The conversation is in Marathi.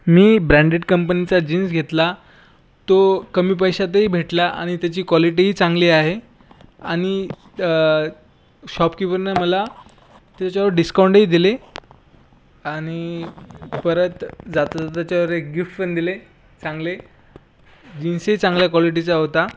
मी ब्रँडेड कंपनीचा जीन्स घेतला तो कमी पैशातही भेटला आणि त्याची क्वालिटीही चांगली आहे आणि शॉपकीपरने मला त्याच्यावर डिस्काऊंटही दिला आणि परत जाता जाता त्याच्यावर एक गिफ्टपण दिली चांगला जीन्सही चांगल्या क्वालिटीचा होता